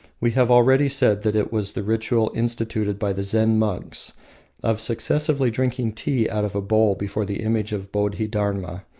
we have already said that it was the ritual instituted by the zen monks of successively drinking tea out of a bowl before the image of bodhi dharma,